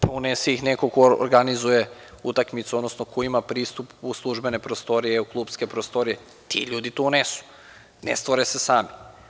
Ponese ih neko ko organizuje utakmicu, odnosno ko ima pristup u službene prostorije, u klupske prostorije, ti ljudi to unesu, ne stvore se same.